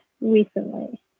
recently